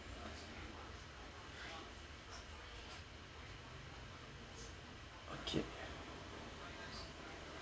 okay